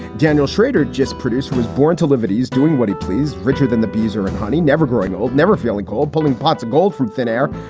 daniel schrader, just producer, was born to liberty's doing what he please richer than the bees and honey, never growing old, never feeling cold, pulling pots of gold from thin air.